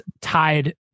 tied